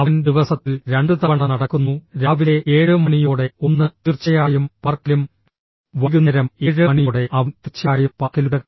അവൻ ദിവസത്തിൽ രണ്ടുതവണ നടക്കുന്നു രാവിലെ 7 മണിയോടെ ഒന്ന് തീർച്ചയായും പാർക്കിലും വൈകുന്നേരം 7 മണിയോടെ അവൻ തീർച്ചയായും പാർക്കിലുണ്ട്